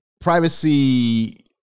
privacy